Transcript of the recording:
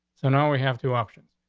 so now we have two options.